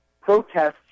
protests